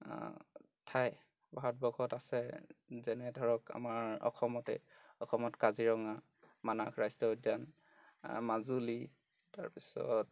ঠাই ভাৰতবৰ্ষত আছে যেনে ধৰক আমাৰ অসমতে অসমত কাজিৰঙা মানাহ ৰাষ্ট্ৰীয় উদ্যান মাজুলী তাৰপিছত